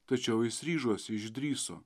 tačiau jis ryžosi išdrįso